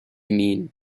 mean